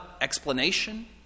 explanation